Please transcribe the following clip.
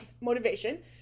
motivation